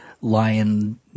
Lion